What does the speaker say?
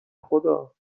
خدا